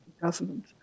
government